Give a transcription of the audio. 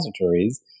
repositories